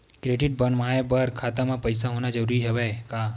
Credit बनवाय बर खाता म पईसा होना जरूरी हवय का?